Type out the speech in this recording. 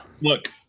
look